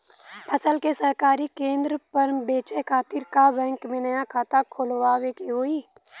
फसल के सरकारी केंद्र पर बेचय खातिर का बैंक में नया खाता खोलवावे के होई?